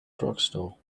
drugstore